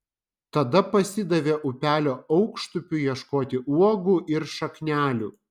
tada pasidavė upelio aukštupiu ieškoti uogų ir šaknelių